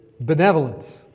benevolence